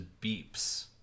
beeps